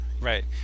Right